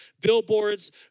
billboards